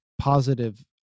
positive